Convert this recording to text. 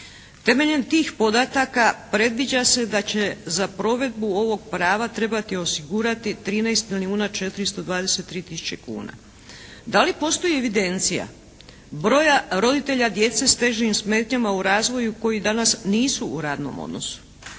Temeljem tih podataka predviđa se da će za provedbu ovog prava trebati osigurati 13 milijuna 423 tisuće kuna. Da li postoji evidencija broja roditelja djece s težim smetnjama u razvoju koji danas nisu u radnom odnosu?